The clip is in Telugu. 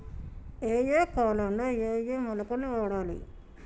ఏయే కాలంలో ఏయే మొలకలు వాడాలి?